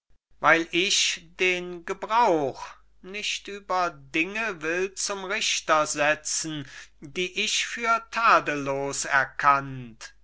weil ich den gebrauch nicht über dinge will zum richter setzen die ich für tadellos erkannt